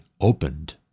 opened